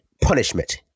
punishment